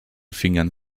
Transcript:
fingern